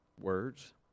words